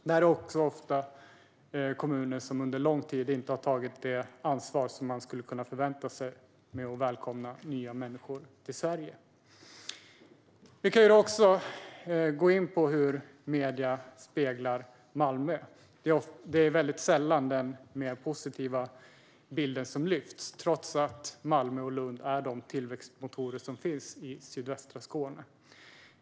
Det här är också ofta kommuner som under lång tid inte har tagit det ansvar man skulle kunna förvänta sig när det gäller att välkomna nya människor till Sverige. Vi kan också gå in på hur medierna speglar Malmö. Det är sällan den mer positiva bilden som lyfts, trots att Malmö och Lund är de tillväxtmotorer som finns i sydvästra Skåne.